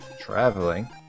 traveling